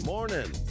Morning